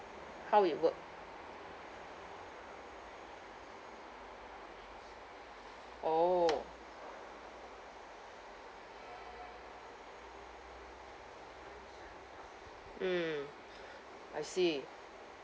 how it work orh mm I see